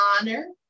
honor